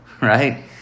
right